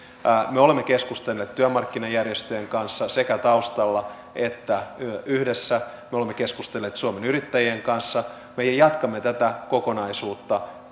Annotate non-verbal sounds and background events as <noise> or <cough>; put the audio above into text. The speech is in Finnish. me olemme keskustelleet työmarkkinajärjestöjen kanssa sekä taustalla että yhdessä me olemme keskustelleet suomen yrittäjien kanssa me jatkamme tätä kokonaisuutta <unintelligible>